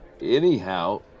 Anyhow